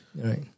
Right